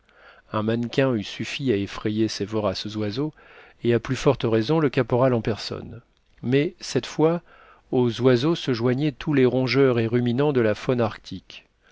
un mannequin eût suffi à effrayer ces voraces oiseaux et à plus forte raison le caporal en personne mais cette fois aux oiseaux se joignaient tous les rongeurs et ruminants de la faune arctique